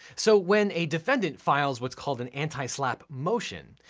so when a defendant files what's called an anti-slapp motion,